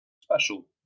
Special